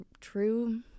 true